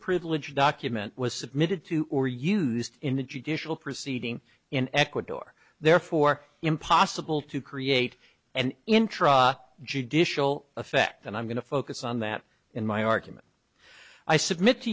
privileged document was submitted to or used in a judicial proceeding in ecuador therefore impossible to create an intra judicial effect and i'm going to focus on that in my argument i submit to